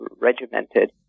regimented